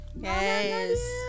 Yes